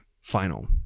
final